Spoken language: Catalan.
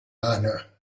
anna